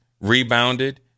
rebounded